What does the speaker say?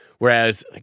Whereas